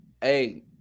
hey